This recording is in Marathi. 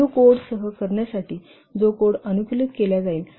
न्यू कोडसह करण्यासाठी जो कोड अनुकूलित केला जाईल